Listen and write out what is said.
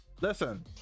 Listen